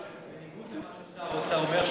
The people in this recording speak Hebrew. בניגוד למה ששר האוצר אומר,